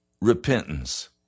repentance